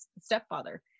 stepfather